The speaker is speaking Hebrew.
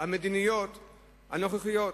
המדיניות הנוכחיות.